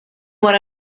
wara